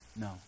No